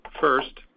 First